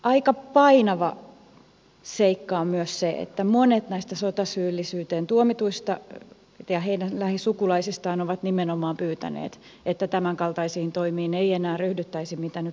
aika painava seikka on myös se että monet näistä sotasyyllisyyteen tuomituista ja heidän lähisukulaisistaan ovat nimenomaan pyytäneet että tämänkaltaisiin toimiin ei enää ryhdyttäisi mitä nyt lakialoitteessa esitetään